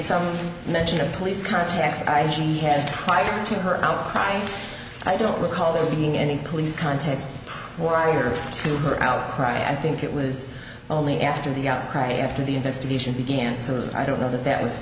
some mention of police context i she had prior to her outcry i don't recall there being any police contacts who are aware of her outcry i think it was only after the outcry after the investigation began so i don't know that that was